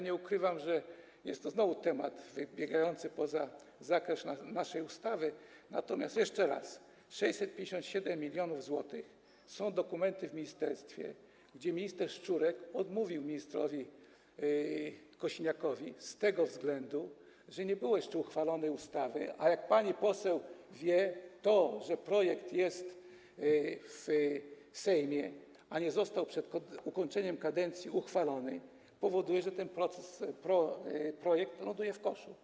Nie ukrywam, że znowu jest to temat wybiegający poza zakres naszej ustawy, natomiast jeszcze raz: 657 mln zł, są dokumenty w ministerstwie, minister Szczurek odmówił ministrowi Kosiniakowi z tego względu, że nie było jeszcze uchwalonej ustawy, a jak pani poseł wie, to, że projekt jest w Sejmie, a nie został przed zakończeniem kadencji uchwalony, powoduje, że ten projekt ląduje w koszu.